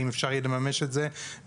האם אפשר יהיה לממש אותו וכו'.